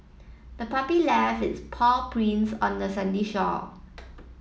the puppy left its paw prints on the sandy shore